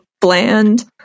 bland